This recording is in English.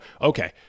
okay